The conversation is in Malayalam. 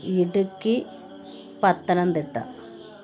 ഇടുക്കി പത്തനംതിട്ട